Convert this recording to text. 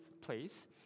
place